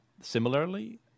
similarly